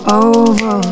over